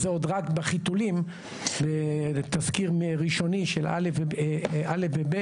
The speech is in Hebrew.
זה עוד רק בחיתולים לתזכיר ראשוני של א' ו-ב'